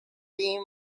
team